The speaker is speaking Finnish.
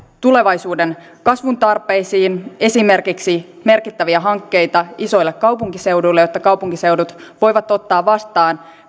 tulevaisuuden kasvun tarpeisiin esimerkiksi merkittäviä hankkeita isoille kaupunkiseuduille jotta kaupunkiseudut voivat ottaa vastaan